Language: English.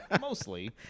Mostly